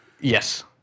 Yes